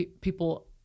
people